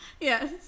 Yes